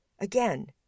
Again